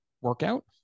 workout